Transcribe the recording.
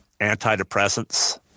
antidepressants